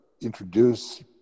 introduce